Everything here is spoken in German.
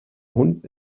hund